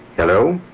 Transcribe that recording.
hello?